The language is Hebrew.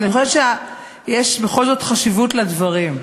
אני חושבת שיש בכל זאת חשיבות לדברים.